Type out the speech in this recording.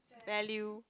value